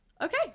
Okay